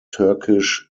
turkish